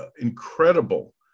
incredible